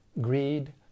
greed